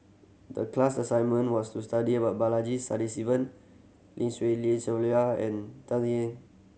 the class assignment was to study about Balaji Sadasivan Lim Swee Lian Sylvia and Dan Ying